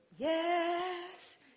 Yes